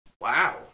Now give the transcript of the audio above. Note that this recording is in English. Wow